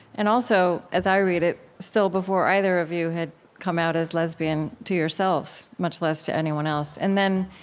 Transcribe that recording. and also, as i read it, still before either of you had come out as lesbian to yourselves, much less to anyone else. and then